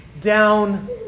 down